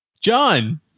John